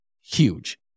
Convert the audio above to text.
Huge